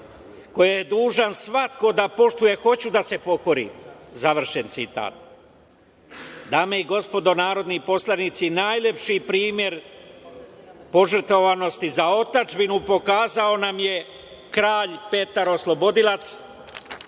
koje je dužan svako da poštuje, hoću da se pokorim“.Završen citat. Dame i gospodo narodni poslanici, najlepši primer požrtvovanosti za otadžbinu pokazao nam je kralj Petar oslobodilac